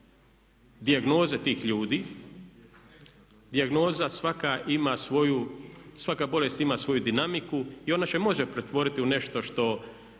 dijagnoze tih ljudi, dijagnoza svaka ima svoju, svaka bolest ima svoju dinamiku i ona se može pretvoriti u nešto što